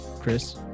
Chris